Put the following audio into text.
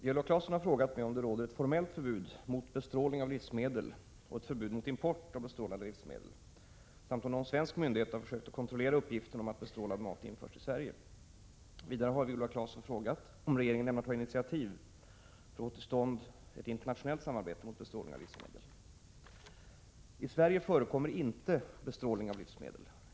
Herr talman! Viola Claesson har frågat mig om det råder ett formellt förbud mot bestrålning av livsmedel och ett förbud mot import av bestrålade livsmedel samt om någon svensk myndighet har försökt att kontrollera uppgiften om att bestrålad mat införts till Sverige. Vidare har Viola Claesson frågat om regeringen ämnar ta initiativ för att få till stånd ett internationellt samarbete mot bestrålning av livsmedel. I Sverige förekommer inte bestrålning av livsmedel.